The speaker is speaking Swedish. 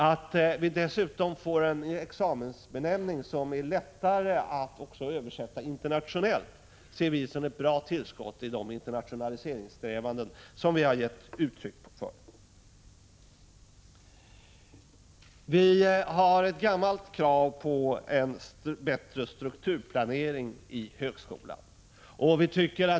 Att man dessutom får en examensbenämning som är lättare att översätta till internationella förhållanden, ser vi som ett bra tillskott i de internationaliseringssträvanden som vi har givit uttryck för. Vi har sedan gammalt ett krav på en bättre strukturplanering i högskolan.